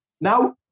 Now